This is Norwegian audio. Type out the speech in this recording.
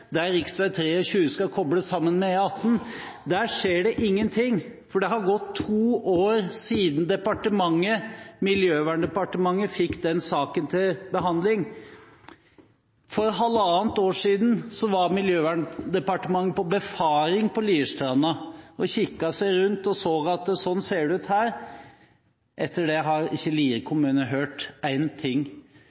der rv. 23 skal kobles sammen med E18. Der skjer det ingen ting, og det har gått to år siden departementet – Miljøverndepartementet – fikk den saken til behandling. For halvannet år siden var Miljøverndepartementet på befaring på Lierstranda, kikket seg rundt og så at sånn ser det ut her. Etter det har ikke Lier kommune hørt én ting.